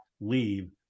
leave